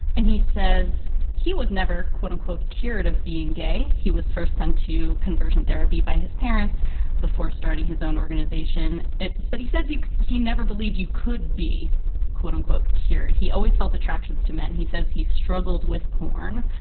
and he says he was never quote unquote cured of being gay. he was first sent to conversion therapy by his parents before starting his own organization. but he says he never believed you could be quote unquote cured. he always felt attractions to men. he says he struggled with porn